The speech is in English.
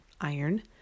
iron